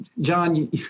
John